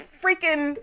freaking